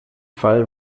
fall